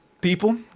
people